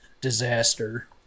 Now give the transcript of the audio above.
disaster